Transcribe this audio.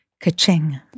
ka-ching